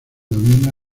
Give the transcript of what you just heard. domina